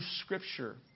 Scripture